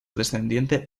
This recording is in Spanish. descendiente